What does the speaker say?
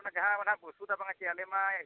ᱚᱱᱟ ᱡᱟᱦᱟᱸ ᱚᱱᱟ ᱵᱚᱥᱩᱫᱷᱟ ᱵᱟᱝᱟ ᱪᱮ ᱟᱞᱮ ᱢᱟ